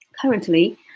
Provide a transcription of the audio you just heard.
Currently